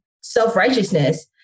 self-righteousness